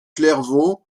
clairvaux